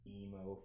emo